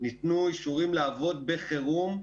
ניתנו אישורים לעבוד בחירום,